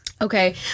okay